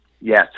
Yes